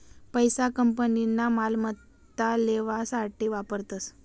पैसा कंपनीना मालमत्ता लेवासाठे वापरतस